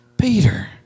Peter